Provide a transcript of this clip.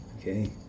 okay